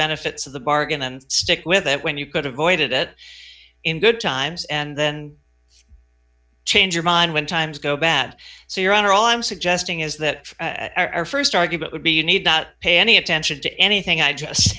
benefits of the bargain and stick with it when you could avoid it in good times and then change your mind when times go bad so your honor all i'm suggesting is that our st argument would be you need not pay any attention to anything i just